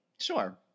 Sure